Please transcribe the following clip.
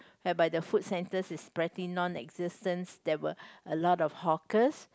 whereby the food centres is pretty non existent that were a lot of hawkers